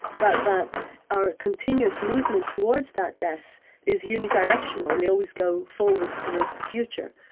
but that our continuous movement towards that death is yeah uni-directional, we always go forwards towards the future,